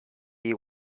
you